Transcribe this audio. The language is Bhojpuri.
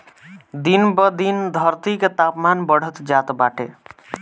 दिन ब दिन धरती के तापमान बढ़त जात बाटे